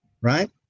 Right